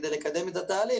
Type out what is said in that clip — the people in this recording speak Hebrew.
כדי לקדם את התהליך,